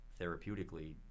therapeutically